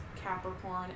Capricorn